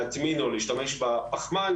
להטמין או להשתמש בפחמן,